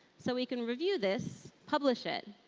so we can review this, publish it,